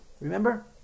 remember